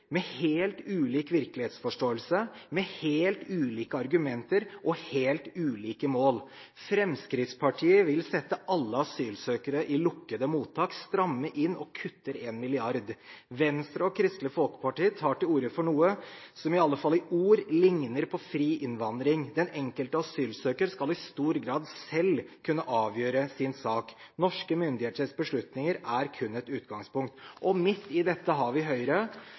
med helt ulik virkelighetsforståelse, med helt ulike argumenter og med helt ulike mål. Fremskrittspartiet vil sette alle asylsøkere i lukkede mottak, stramme inn og kutte 1 mrd. kr. Venstre og Kristelig Folkeparti tar til orde for noe som i alle fall i ord ligner på fri innvandring: Den enkelte asylsøker skal i stor grad selv kunne avgjøre sin sak. Norske myndigheters beslutninger er kun et utgangspunkt. Midt i dette har vi Høyre,